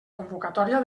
convocatòria